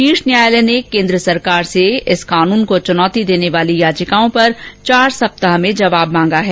शीर्ष न्यायालय ने केन्द्र सरकार से इस कानून को चूनौती देने वाली याचिकाओं पर चार सप्ताह में जवाब मांगा है